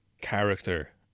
character